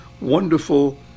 wonderful